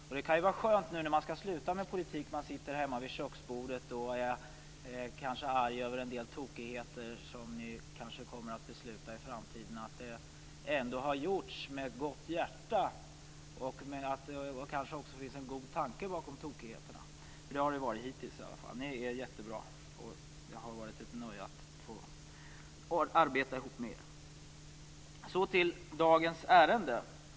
Nu när man skall sluta med politik kan det vara skönt att - när man sitter hemma vid köksbordet och kanske är arg över en del tokigheter som ni kommer att besluta i framtiden - veta att det ändå har gjorts med gott hjärta och att det också kan finnas en god tanke bakom tokigheterna. Så har det i alla fall varit hittills. Ni är jättebra. Det har varit ett nöje att få arbeta ihop med er. Så till dagens ärende.